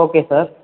okay sir